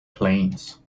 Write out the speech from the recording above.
plains